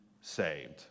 saved